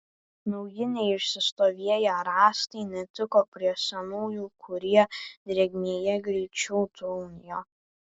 nauji neišsistovėję rąstai netiko prie senųjų kurie drėgmėje greičiau trūnijo